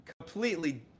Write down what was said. completely